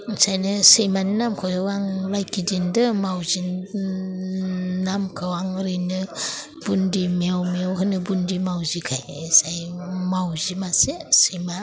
इनिखायनो सैमानि नामखौ आं लाइकि दोन्दों माउजिनि नामखौ आं ओरैनो बुन्दि मेउ मेउ होनो बुन्दि माउजिखो ऐसा माउजि मासे सैमा